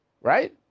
right